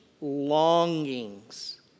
longings